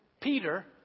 Peter